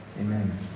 amen